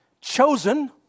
Chosen